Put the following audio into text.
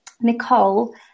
Nicole